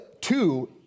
two